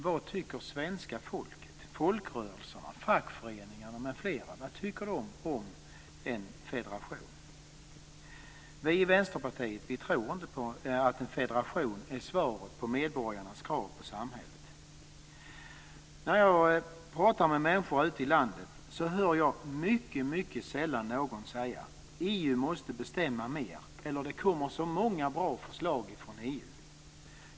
Vad tycker svenska folket, folkrörelserna och fackföreningarna om en federation? Vi i Vänsterpartiet tror inte att en federation är svaret på medborgarnas krav på samhället. När jag pratar med människor i landet hör jag sällan någon säga att EU måste bestämma mer eller att det kommer så många bra förslag från EU.